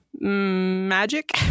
magic